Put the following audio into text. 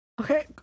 Okay